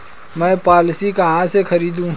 मैं पॉलिसी कहाँ से खरीदूं?